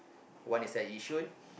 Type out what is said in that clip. one is at Yishun